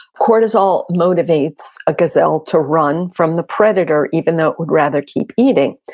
cortisol motivates a gazelle to run from the predator, even though it would rather keep eating.